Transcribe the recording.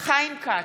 חיים כץ,